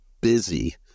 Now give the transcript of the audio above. busy